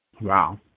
Wow